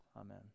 amen